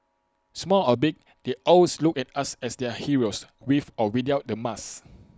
small or big they always look at us as their heroes with or without the mask